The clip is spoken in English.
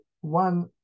one